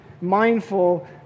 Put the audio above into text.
mindful